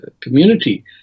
community